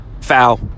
foul